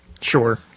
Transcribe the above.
Sure